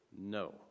No